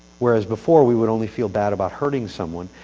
whereas before, we would only feel bad about hurting someone,